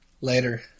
Later